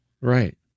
Right